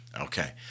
Okay